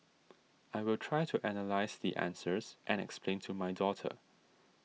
I will try to analyse the answers and explain to my daughter